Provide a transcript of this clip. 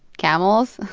camels,